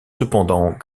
cependant